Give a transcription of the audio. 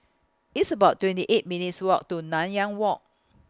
It's about twenty eight minutes' Walk to Nanyang Walk